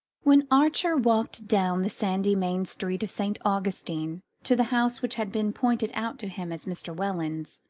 when archer walked down the sandy main street of st. augustine to the house which had been pointed out to him as mr. welland's,